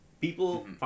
People